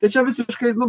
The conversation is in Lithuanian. tai čia visiškai nu